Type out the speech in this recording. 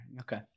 Okay